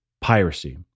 piracy